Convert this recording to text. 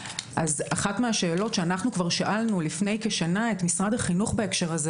אחת מהשאלות שאנחנו כבר שאלנו לפני כשנה את משרד החינוך בהקשר הזה